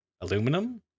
aluminum